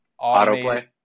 autoplay